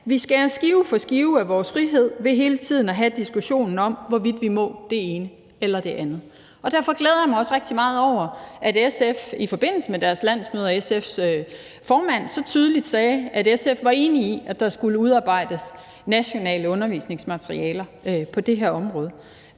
»Vi skærer skive for skive af vores frihed ved hele tiden at have diskussionen om, hvorvidt vi må det ene eller det andet.« Derfor glæder jeg mig også rigtig meget over, at SF's formand i forbindelse med SF's landsmøde så tydeligt sagde, at SF var enig i, at der skulle udarbejdes nationale undervisningsmaterialer på det her område.